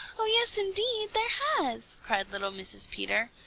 oh, yes, indeed there has! cried little mrs. peter.